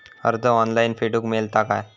कर्ज ऑनलाइन फेडूक मेलता काय?